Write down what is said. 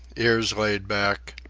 ears laid back,